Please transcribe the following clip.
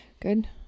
Good